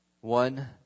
One